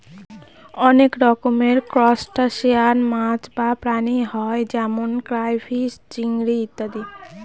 অনেক রকমের ত্রুসটাসিয়ান মাছ বা প্রাণী হয় যেমন ক্রাইফিষ, চিংড়ি ইত্যাদি